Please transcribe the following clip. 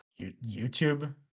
YouTube